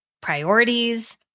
priorities